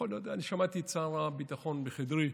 יכול להיות, אני שמעתי את שר הביטחון בחדרי.